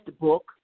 book